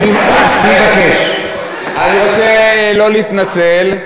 אני רוצה לא להתנצל,